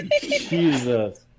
Jesus